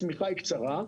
השמיכה היא קצרה.